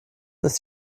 ist